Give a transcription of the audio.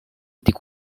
était